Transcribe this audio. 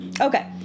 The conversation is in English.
Okay